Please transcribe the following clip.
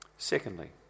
Secondly